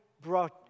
brought